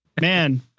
man